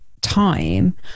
time